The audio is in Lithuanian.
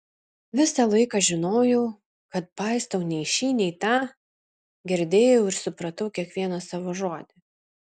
visą laiką žinojau kad paistau nei šį nei tą girdėjau ir supratau kiekvieną savo žodį